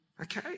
okay